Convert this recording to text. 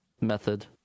method